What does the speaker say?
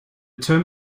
term